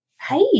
hey